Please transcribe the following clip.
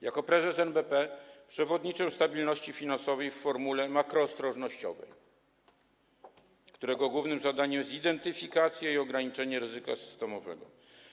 Jako prezes NBP przewodniczę Komitetowi Stabilności Finansowej w formule makroostrożnościowej, którego głównym zadaniem jest identyfikacja i ograniczenie ryzyka systemowego.